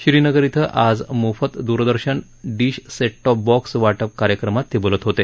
श्रीनगर इथं आज मोफत दूरदर्शन डीश सेटटॉप बॉक्स वाटप कार्यक्रमात ते बोलत होते